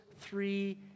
three